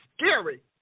scary